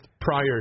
prior